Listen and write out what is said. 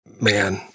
man